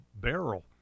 barrel